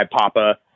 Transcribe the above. papa